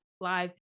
live